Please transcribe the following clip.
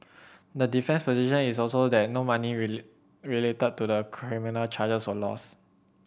the defences position is also that no money related to the criminal charges was lost